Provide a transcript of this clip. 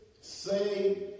Say